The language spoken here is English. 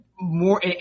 More